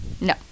No